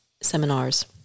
seminars